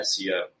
SEO